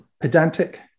pedantic